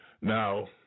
now